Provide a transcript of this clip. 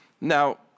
now